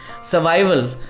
survival